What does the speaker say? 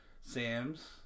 Sam's